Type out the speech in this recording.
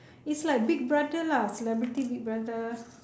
it's like big brother lah celebrity big brother